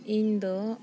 ᱤᱧ ᱫᱚ